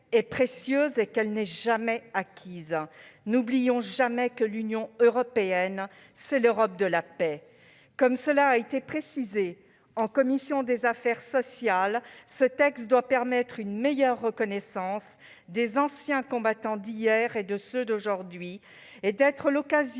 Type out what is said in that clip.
est précieuse et qu'elle n'est pas acquise. N'oublions jamais que l'Union européenne, c'est l'Europe de la paix. Comme cela a été précisé en commission des affaires sociales, ce texte doit permettre une meilleure reconnaissance des anciens combattants d'hier et de ceux d'aujourd'hui, et être l'occasion